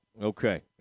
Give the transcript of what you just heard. okay